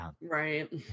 Right